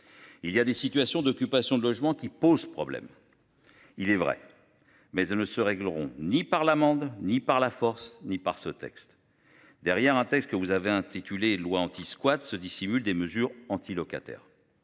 Il y a des situations d'occupation de logements qui pose problème. Il est vrai, mais elle ne se régleront ni par l'amende ni par la force ni par ce texte. Derrière un texte que vous avez intitulé Loi anti-squats se dissimule des mesures anti-locataire.